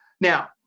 Now